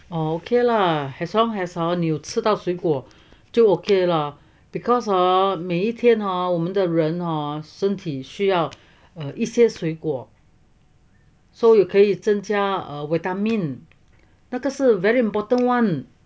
oh okay lah as long as 你有吃到水果就 okay liao because hor 每一天 hor 我们的人哦身体需要一些水果 so 也可以增加哦维他命那个是 very important [one]